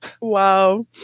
wow